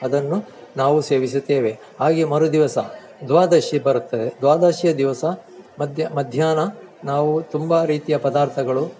ಅದನ್ನು ನಾವು ಸೇವಿಸುತ್ತೇವೆ ಹಾಗೇ ಮರುದಿವಸ ದ್ವಾದಶಿ ಬರುತ್ತದೆ ದ್ವಾದಶಿಯ ದಿವಸ ಮಧ್ಯ ಮಧ್ಯಾಹ್ನ ನಾವು ತುಂಬ ರೀತಿಯ ಪದಾರ್ಥಗಳು